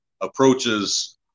approaches